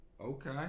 Okay